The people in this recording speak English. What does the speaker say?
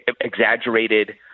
exaggerated